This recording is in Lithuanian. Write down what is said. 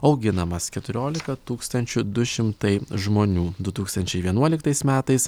auginamas keturiolika tūkstančių du šimtai žmonių du tūkstančiai vienuoliktais metais